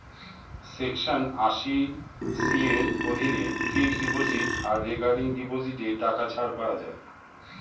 section আশি C এর অধীনে ফিক্সড ডিপোজিট আর রেকারিং ডিপোজিটে টাকা ছাড় পাওয়া যায়